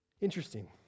Interesting